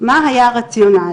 מה היה הרציונל.